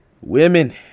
Women